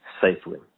safely